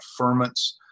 affirmance